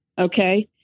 Okay